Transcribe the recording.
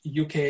UK